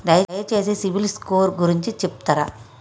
దయచేసి CIBIL score గురించి చెప్తరా?